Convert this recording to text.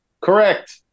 Correct